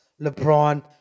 LeBron